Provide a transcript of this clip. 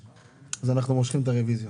אז אנחנו מושכים את הרוויזיות.